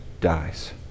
dies